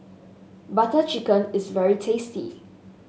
Butter Chicken is very tasty